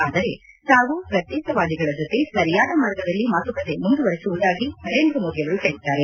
ಆದರೆ ತಾವು ಪ್ರತ್ಯೇಕತಾವಾದಿಗಳ ಜೊತೆಗೆ ಸರಿಯಾದ ಮಾರ್ಗದಲ್ಲಿ ಮಾತುಕತೆ ಮುಂದುವರೆಸುವುದಾಗಿ ನರೇಂದ್ರ ಮೋದಿ ಹೇಳಿದ್ದಾರೆ